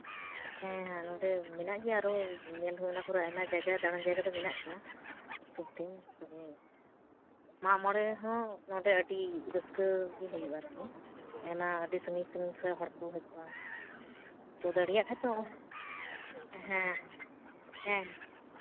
ᱦᱮᱸ ᱟᱨ ᱱᱚᱸᱰᱮ ᱢᱮᱱᱟᱜ ᱜᱮᱭᱟ ᱟᱨᱚ ᱧᱮᱞ ᱡᱟᱭᱜᱟ ᱟᱭᱢᱟ ᱫᱟᱬᱟᱱ ᱡᱟᱭᱜᱟ ᱫᱚ ᱢᱮᱱᱟᱜ ᱜᱮᱭᱟ ᱥᱩᱨᱼᱥᱩᱨᱛᱮ ᱛᱚᱵᱮ ᱢᱟᱜ ᱢᱚᱬᱮ ᱦᱚᱸ ᱱᱚᱸᱰᱮ ᱟᱹᱰᱤ ᱨᱟᱹᱥᱠᱟᱹ ᱜᱮ ᱦᱩᱭᱩᱜᱼᱟ ᱟᱨᱠᱤ ᱟᱭᱢᱟ ᱟᱹᱰᱤ ᱥᱟᱺᱜᱤᱧᱼᱥᱟᱺᱜᱤᱧ ᱠᱷᱚᱱ ᱦᱚᱲ ᱠᱚ ᱦᱤᱡᱩᱜᱼᱟ ᱛᱚ ᱫᱟᱲᱮᱭᱟᱜ ᱠᱷᱟᱱ ᱯᱮ ᱦᱮᱸ ᱦᱮᱸ ᱦᱮᱸ ᱦᱮᱸ